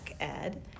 Ed